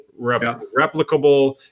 replicable